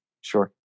Sure